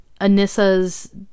Anissa's